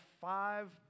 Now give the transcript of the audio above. five